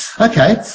Okay